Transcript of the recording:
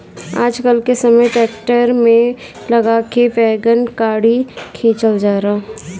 आजकल के समय ट्रैक्टर में लगा के वैगन गाड़ी खिंचल जाता